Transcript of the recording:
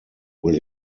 will